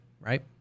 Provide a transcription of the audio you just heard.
Right